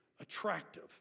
attractive